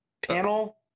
panel